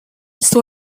saw